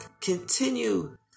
Continue